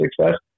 success